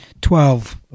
Twelve